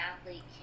athlete